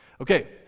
Okay